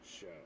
Show